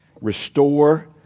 Restore